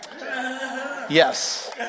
Yes